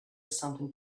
something